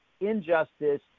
injustice